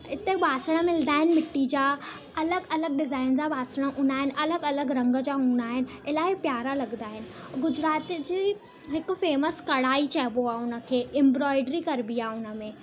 इते बासण मिलंदा आहिनि मिटी जा अलॻि अलॻि डिज़ाइन जा बासण हूंदा आहिनि अलॻि अलॻि रंग जा हूंदा आहिनि इलाही प्यारा लॻंदा आहिनि गुजरात जी हिकु फेमस कढ़ाई चइबो आहे उन खे इम्ब्रोइडरी कबी आहे उन में